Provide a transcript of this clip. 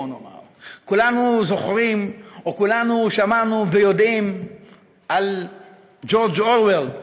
בואו נאמר; כולנו זוכרים או כולנו שמענו ויודעים על ג'ורג' אורוול,